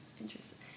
Interesting